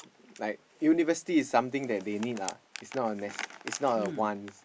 like university is something that they need lah it's not a ness~ is not a want